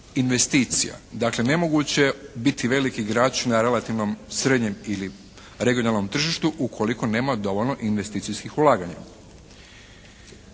investicija. Dakle, nemoguće je biti veliki igrač na relativno srednjem ili regionalnom tržištu ukoliko nema dovoljno investicijskih ulaganja.